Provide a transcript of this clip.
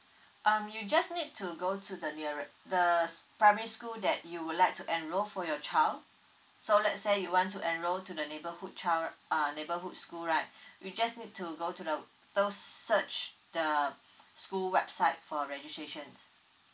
um you just need to go to the neare~ the s~ primary school that you would like to enrol for your child so let's say you want to enrol to the neighbourhood child uh neighbourhood school right you just need to go to the those search the school website for registrations